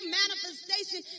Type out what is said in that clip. manifestation